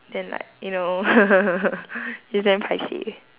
then like you know it's damn paiseh